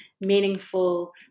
meaningful